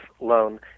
loan